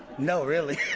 no really